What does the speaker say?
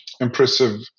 impressive